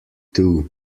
too